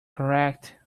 correct